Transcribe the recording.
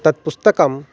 तत् पुस्तकं